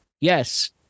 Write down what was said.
yes